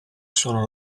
sono